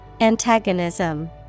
Antagonism